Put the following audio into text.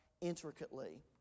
intricately